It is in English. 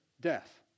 Death